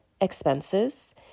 expenses